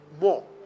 more